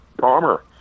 Palmer